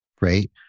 right